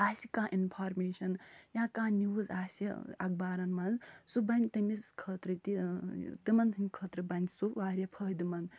آسہِ کانٛہہ اِنفارمیشن یا کانٛہہ نِوٕز آسہِ اخبارن منٛز سُہ بَنہِ تٔمِس خٲطرٕ تہِ تِمن ہِنٛد خٲطرٕ بَنہِ سُہ وارِیاہ فٲہدٕ منٛد